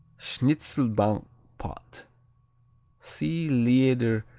schnitzelbank pot see liederkranz,